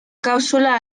cápsula